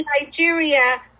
Nigeria